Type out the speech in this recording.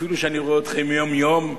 אפילו שאני רואה אתכם יום יום,